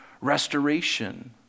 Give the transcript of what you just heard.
restoration